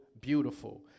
beautiful